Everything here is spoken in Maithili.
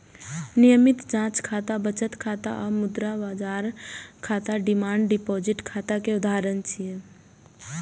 नियमित जांच खाता, बचत खाता आ मुद्रा बाजार खाता डिमांड डिपोजिट खाता के उदाहरण छियै